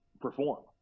perform